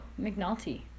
McNulty